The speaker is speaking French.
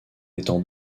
étant